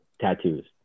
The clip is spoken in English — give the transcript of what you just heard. tattoos